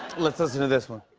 let's listen to this one.